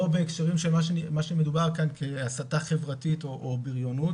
לא בהקשרים של מה שדובר כאן כהסתה חברתית או בריונות.